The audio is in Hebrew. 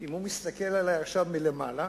אם הוא מסתכל עלי עכשיו מלמעלה,